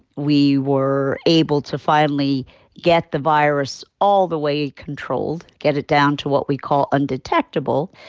we were able to finally get the virus all the way controlled, get it down to what we call undetectable.